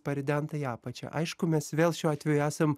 paridenta į apačią aišku mes vėl šiuo atveju esam